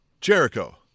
Jericho